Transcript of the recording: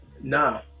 No